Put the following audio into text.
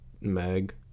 Meg